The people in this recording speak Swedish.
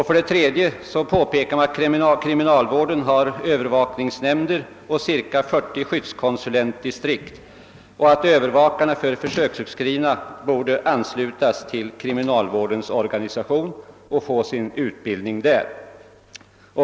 För det tredje påpekades att kriminalvården har övervakningsnämnder och ca40skyddskonsulentdistrikt och att övervakarna för försöksutskrivna borde anslutas till kriminalvårdens organisation och få sin utbildning där.